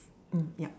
oh yup